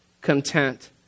content